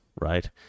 right